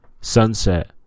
Sunset